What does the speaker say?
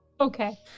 Okay